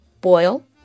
boil